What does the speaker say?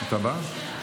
אוקיי.